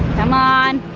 come on